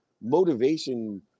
Motivation